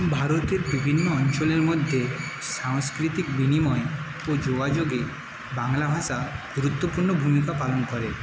ভারতের বিভিন্ন অঞ্চলের মধ্যে সাংস্কৃতিক বিনিময়ে ও যোগাযোগে বাংলা ভাষা গুরুত্বপূর্ণ ভূমিকা পালন করে